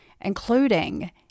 including